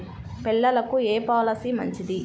పిల్లలకు ఏ పొలసీ మంచిది?